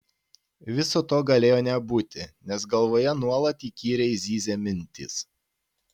viso to galėjo nebūti nes galvoje nuolat įkyriai zyzė mintys